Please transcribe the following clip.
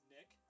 Nick